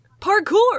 parkour